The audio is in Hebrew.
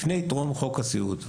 לפני טרום חוק הסיעוד.